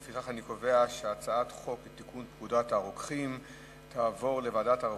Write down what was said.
לפיכך אני קובע שהצעת חוק לתיקון פקודת הרוקחים תעבור לוועדת העבודה,